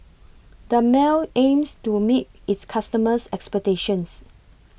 Dermale aims to meet its customers' expectations